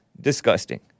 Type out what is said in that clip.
Disgusting